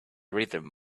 rhythm